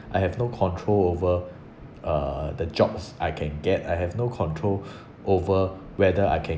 I have no control over uh the jobs I can get I have no control over whether I can